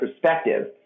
perspective